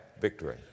victory